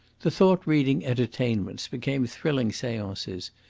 the thought-reading entertainments became thrilling seances,